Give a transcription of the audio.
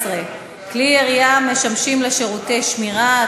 18) (כלי ירייה המשמשים לשירותי שמירה),